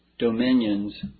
dominions